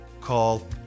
Call